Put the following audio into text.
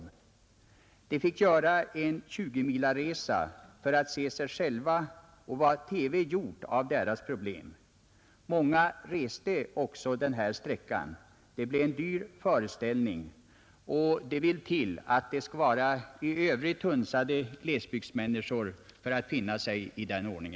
De fick göra en 20-milaresa för att se sig själva och vad TV gjort av deras problem. Många reste också den sträckan. Det blev en dyr föreställning, och det skall vara även i övrigt hunsade glesbygdsmänniskor som finner sig i en sådan ordning.